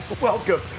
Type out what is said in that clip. Welcome